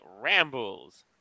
Rambles